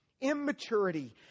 immaturity